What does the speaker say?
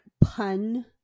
pun